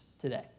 today